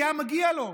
כי מגיע לו,